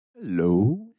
Hello